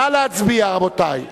רבותי,